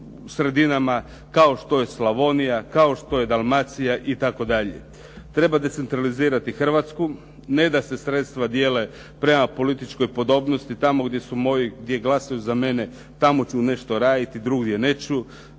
kao što je Slavonija, kao što je Dalmacija itd. Treba decentralizirati Hrvatsku, ne da se sredstva dijele prema političkoj podobnosti, tamo gdje su moji, gdje glasuju za mene tamo ću nešto raditi, drugdje neću.